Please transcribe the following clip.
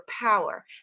power